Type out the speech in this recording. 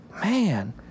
man